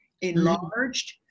enlarged